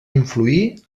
influir